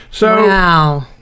Wow